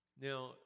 Now